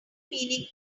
meaning